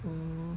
mm